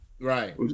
right